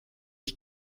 ich